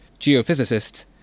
geophysicists